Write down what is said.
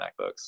MacBooks